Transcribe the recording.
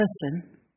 listen